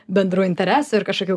bendrų interesų ir kažkokių